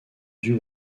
due